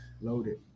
Loaded